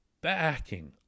backing